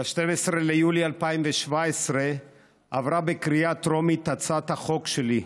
ב-12 ביולי 2017 עברה בקריאה טרומית הצעת החוק שלי,